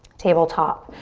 tabletop.